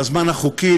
בזמן החוקי,